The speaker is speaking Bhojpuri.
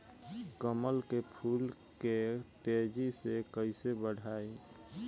कमल के फूल के तेजी से कइसे बढ़ाई?